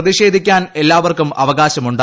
പ്രതിഷേധിക്കാൻ എല്ലാവർക്കും അവകാശമുണ്ട്